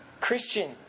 Christian